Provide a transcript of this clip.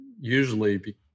usually